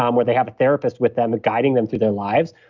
um where they have a therapist with them guiding them through their lives.